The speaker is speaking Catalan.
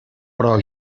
però